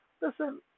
listen